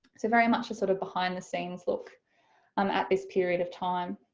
so very much a sort of behind-the-scenes look um at this period of time.